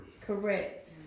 Correct